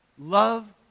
love